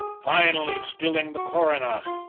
finally stilling the coronach,